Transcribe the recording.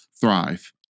thrive